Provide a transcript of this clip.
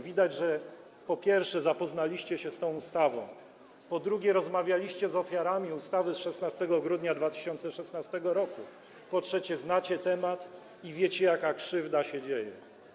Widać, że po pierwsze, zapoznaliście się z tą ustawą, po drugie, rozmawialiście z ofiarami ustawy z 16 grudnia 2016 r., po trzecie, znacie temat i wiecie, jaka krzywda się dzieje.